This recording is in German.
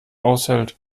aushält